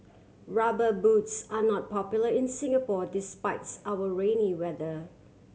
Rubber Boots are not popular in Singapore despites our rainy weather